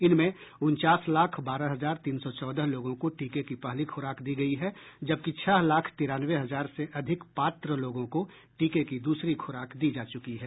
इनमें उनचास लाख बारह हजार तीन सौ चौदह लोगों को टीके की पहली खुराक दी गयी है जबकि छह लाख तिरानवे हजार से अधिक पात्र लोगों को टीके की दूसरी खुराक दी जा चुकी है